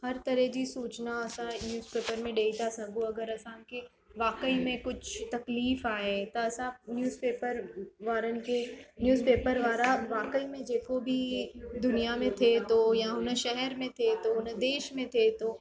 हर तरह जी सूचना असां न्यूसपेपर में ॾेई था सघूं अगरि असांखे वाक़ई में कुझु तकलीफ़ आहे त असां न्यूसपेपर वारनि खे न्यूसपेपर वारा वाक़ई में जेको बि दुनिया में थिए थो या हुन शहर में थिए थो हुन देश में थिए थो